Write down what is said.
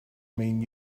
mean